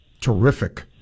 terrific